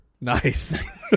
nice